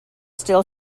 still